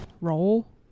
Roll